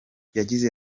yagize